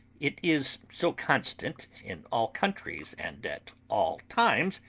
it is so constant, in all countries and at all times,